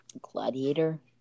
Gladiator